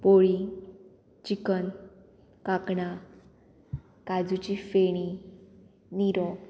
पोळी chicken कांकणां काजूची फेणी निरो